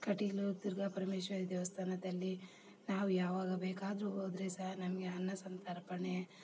ಕಟೀಲು ದುರ್ಗಾಪರಮೇಶ್ವರಿ ದೇವಸ್ಥಾನದಲ್ಲಿ ನಾವು ಯಾವಾಗ ಬೇಕಾದರು ಹೋದ್ರೆ ಸಹ ನಮಗೆ ಅನ್ನ ಸಂತರ್ಪಣೆ